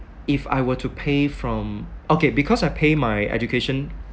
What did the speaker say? if I were to pay from okay because I pay my education